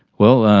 well,